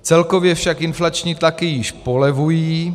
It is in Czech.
Celkově však inflační tlaky již polevují.